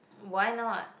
why not